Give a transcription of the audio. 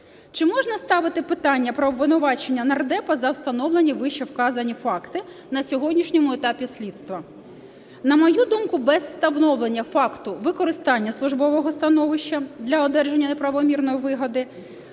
Чи можна ставити питання про обвинувачення нардепа за встановлені вищевказані факти на сьогоднішньому етапі слідства? На мою думку, без встановлення факту використання службового становища для одержання неправомірної вигоди,